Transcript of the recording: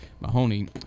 Mahoney